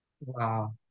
Wow